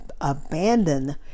abandon